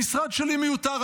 המשרד שלי מיותר,